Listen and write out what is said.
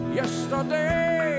yesterday